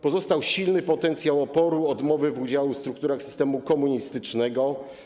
Pozostał silny potencjał oporu, odmowy udziału w strukturach systemu komunistycznego.